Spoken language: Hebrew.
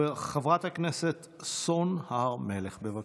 חברת הכנסת סון הר מלך, בבקשה.